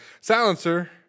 Silencer